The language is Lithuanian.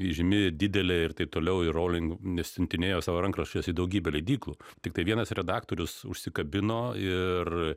įžymi didelė ir taip toliau ir rowling nesiuntinėjo savo rankraščius į daugybę leidyklų tiktai vienas redaktorius užsikabino ir